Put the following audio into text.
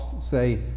say